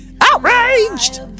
outraged